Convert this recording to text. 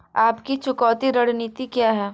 आपकी चुकौती रणनीति क्या है?